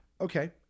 Okay